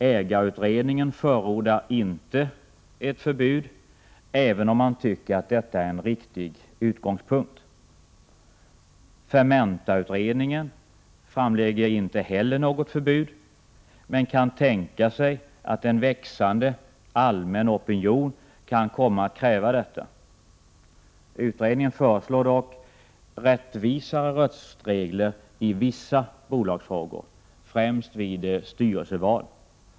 Ägarutredningen förordar inte ett förbud, även om man tycker att detta är en riktig utgångspunkt. Fermentautredningen framlägger inte heller något förslag om förbud men kan tänka sig att en växande allmän opinion kan komma att kräva detta. Utredningen föreslår dock rättvisare röstregler i vissa bolagsfrågor, främst vid styrelseval.